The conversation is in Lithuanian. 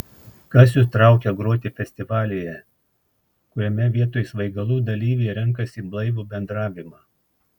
kas jus traukia groti festivalyje kuriame vietoj svaigalų dalyviai renkasi blaivų bendravimą